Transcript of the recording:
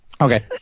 Okay